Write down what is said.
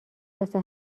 واسه